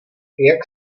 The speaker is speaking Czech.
jak